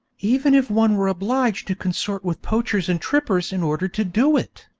even if one were obliged to consort with poachers and trippers in order to do it.